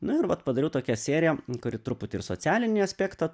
nu ir vat padariau tokią seriją kuri truputį ir socialinį aspektą